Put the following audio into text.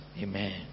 Amen